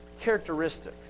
characteristic